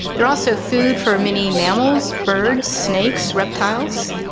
they are also food for many mammals, birds, snakes, reptiles,